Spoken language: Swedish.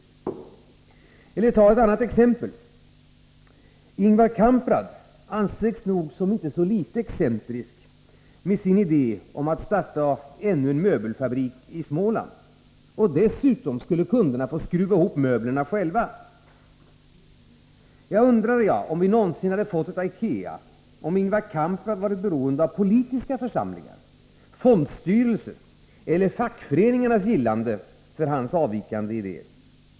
Eller för att ta ett annat exempel: Nog ansågs Ingvar Kamprad som litet excentrisk med sin idé att starta ännu en möbelfabrik i Småland. Dessutom skulle kunderna få skruva ihop sina möbler själva. Jag undrar om vi någonsin hade fått något IKEA om Ingvar Kamprad hade varit beroende av politiska församlingars, fondstyrelsers eller fackföreningars gillande av hans avvikande idéer.